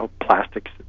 plastics